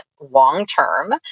long-term